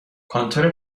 کانتر